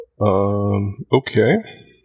Okay